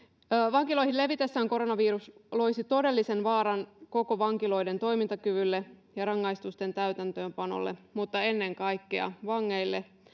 vankiloihin levitessään koronavirus loisi todellisen vaaran koko vankiloiden toimintakyvylle ja rangaistusten täytäntöönpanolle mutta ennen kaikkea vangeille